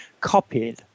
copied